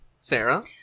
Sarah